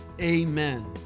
amen